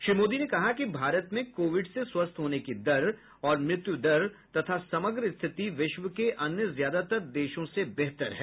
श्री मोदी ने कहा कि भारत में कोविड से स्वस्थ होने की दर और मृत्यु दर तथा समग्र स्थिति विश्व के अन्य ज्यादातर देशों से बेहतर है